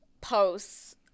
posts